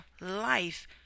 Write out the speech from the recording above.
life